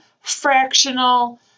fractional